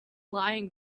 lion